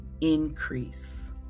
increase